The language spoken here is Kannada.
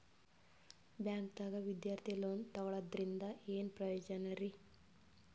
ಬ್ಯಾಂಕ್ದಾಗ ವಿದ್ಯಾರ್ಥಿ ಲೋನ್ ತೊಗೊಳದ್ರಿಂದ ಏನ್ ಪ್ರಯೋಜನ ರಿ?